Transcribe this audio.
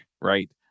right